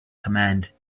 command